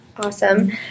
Awesome